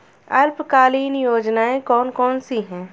अल्पकालीन योजनाएं कौन कौन सी हैं?